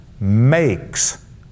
makes